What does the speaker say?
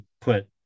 put